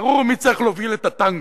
ברור מי צריך להוביל את הטנגו.